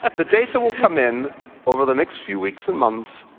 the data will come in over the next few weeks and months,